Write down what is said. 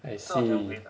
I see